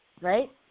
Right